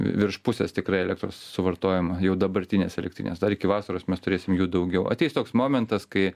virš pusės tikrai elektros suvartojama jau dabartinės elektrinės dar iki vasaros mes turėsim jų daugiau ateis toks momentas kai